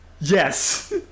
Yes